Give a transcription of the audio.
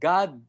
God